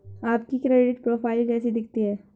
आपकी credit profile कैसी दिखती है?